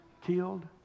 killed